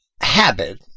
habit